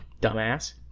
dumbass